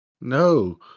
no